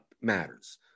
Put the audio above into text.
matters